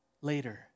later